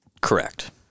Correct